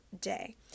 day